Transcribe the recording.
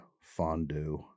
fondue